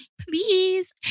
please